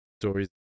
stories